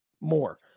more